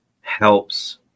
helps